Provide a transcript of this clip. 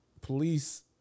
police